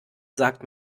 sagt